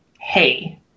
Hey